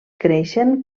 creixen